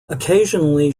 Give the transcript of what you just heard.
occasionally